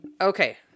Okay